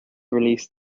released